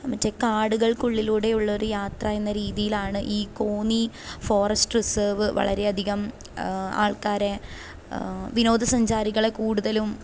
മറ്റെ കാടുകൾക്കുള്ളിലൂടെയുള്ള ഒരു യാത്ര എന്ന രീതിയിലാണ് ഈ കോന്നി ഫോറെസ്റ്റ് റിസേർവ് വളരെയധികം ആൾക്കാരെ വിനോദസഞ്ചാരികളെ കൂടുതലും